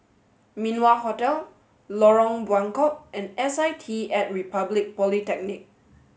Min Wah Hotel Lorong Buangkok and S I T at Republic Polytechnic